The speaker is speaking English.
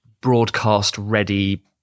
broadcast-ready